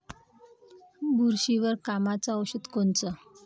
बुरशीवर कामाचं औषध कोनचं?